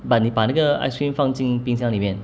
but 你把那个 ice cream 放进冰箱里面